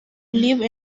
live